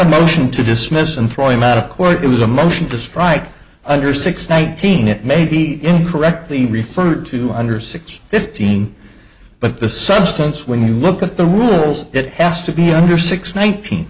a motion to dismiss and throw him out of court was a motion to strike under six nineteen it may be incorrectly referred to under six fifteen but the substance when you look at the rules it has to be under six nineteen